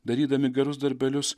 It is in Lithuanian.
darydami gerus darbelius